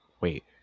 Wait